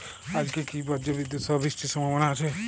আজকে কি ব্রর্জবিদুৎ সহ বৃষ্টির সম্ভাবনা আছে?